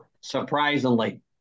surprisingly